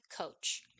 coach